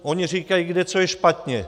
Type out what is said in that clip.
Oni říkají, kde co je špatně.